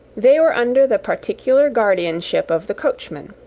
they were under the particular guardianship of the coachman,